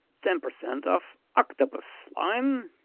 ten percent of octopus slime.